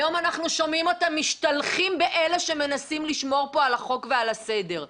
היום אנחנו שומעים אותם משתלחים באלה שמנסים לשמור פה על החוק ועל הסדר.